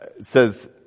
says